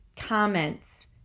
comments